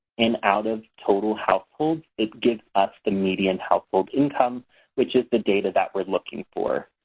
and out of total households, it gives us the median household income which is the data that we're looking for.